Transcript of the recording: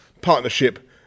partnership